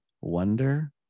wonder